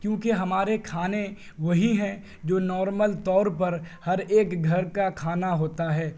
کیونکہ ہمارے کھانے وہی ہیں جو نارمل طور پر ہر ایک گھر کا کھانا ہوتا ہے